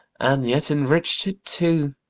and yet enrich'd it too.